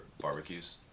barbecues